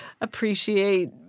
appreciate